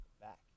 back